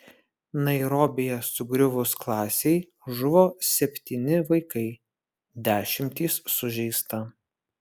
nairobyje sugriuvus klasei žuvo septyni vaikai dešimtys sužeista